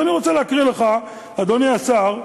אז אני רוצה להקריא לך, אדוני השר,